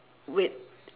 with